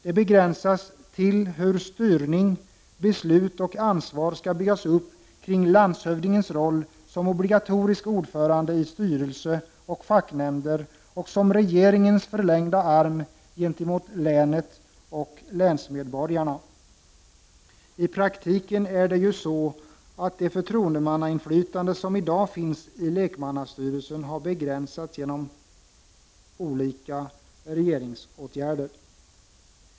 Det begränsas till hur styrning, beslut och ansvar skall byggas upp kring landshövdingens roll som obligatorisk ordförande i styrelse och facknämnder och som regeringens förlängda arm gentemot länet och länsmedborgarna. I praktiken är det ju så att det förtroendemannainflytande som i dag finns i lekmannastyrelsen har begränsats genom olika regeringsåtgärder.